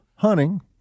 Hunting